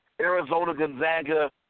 Arizona-Gonzaga